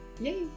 Yay